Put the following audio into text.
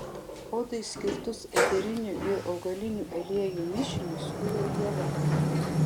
odai skirtus eterinių ir augalinių aliejų mišinius kuria ieva